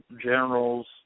generals